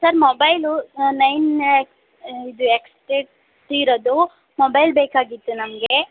sir mobile nine X ಇದು ಎಕ್ಸ್ಟೆಟ್ three ಇರೋದು ಮೊಬೈಲ್ ಬೇಕಾಗಿತ್ತು ನಮಗೆ